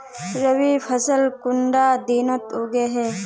रवि फसल कुंडा दिनोत उगैहे?